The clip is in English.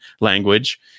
language